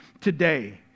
today